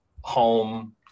home